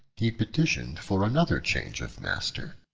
he petitioned for another change of master.